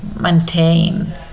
maintain